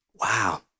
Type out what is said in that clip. Wow